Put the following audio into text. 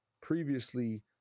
previously